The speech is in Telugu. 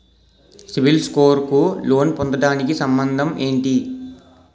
సిబిల్ స్కోర్ కు లోన్ పొందటానికి సంబంధం ఏంటి?